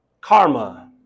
karma